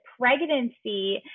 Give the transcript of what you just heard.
pregnancy